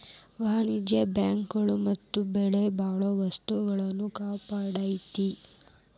ವಾಣಿಜ್ಯ ಬ್ಯಾಂಕ್ ಗಳು ನಮ್ಮ ಬೆಲೆಬಾಳೊ ವಸ್ತುಗಳ್ನ ಕಾಪಾಡ್ತೆತಿ